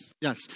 Yes